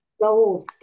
souls